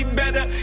better